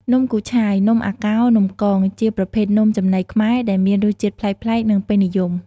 នំគូឆាយ នំអាកោរ នំកង ជាប្រភេទនំចំណីខ្មែរដែលមានរសជាតិប្លែកៗ និងពេញនិយម ។